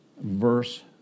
verse